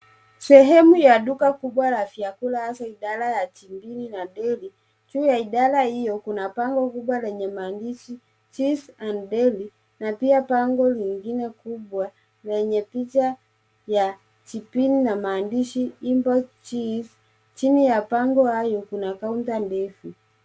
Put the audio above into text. Sehemu ya duka kubwa la vyakula hasa idara ya jibini na diary . Juu ya idara hiyo kuna bango kubwa lenye maandishi Cheese and Deli na pia bango lingine kubwa lenye picha ya jibini na maandishi Import Cheese . Chini ya bango hayo kuna kaunta ndefu.